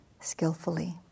skillfully